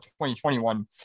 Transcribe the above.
2021